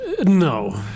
No